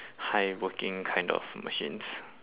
high working kind of machines